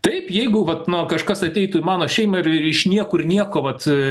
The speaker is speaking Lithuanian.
taip jeigu vat na kažkas ateitų į mano šeimą ir ir iš niekur nieko vat